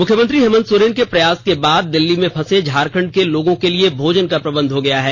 मुख्यमंत्री हेमंत सोरेन के प्रयास के बाद दिल्ली में फंसे झारखण्ड के लोगों के लिए भोजन का प्रबंध हो गया है